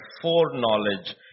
foreknowledge